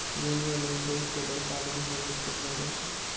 union Bank देश के बड़का बैंक मे एक गिनलो जाय छै